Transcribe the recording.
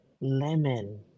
Lemon